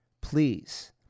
please